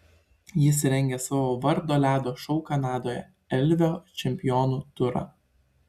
jis rengia savo vardo ledo šou kanadoje elvio čempionų turą